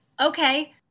Okay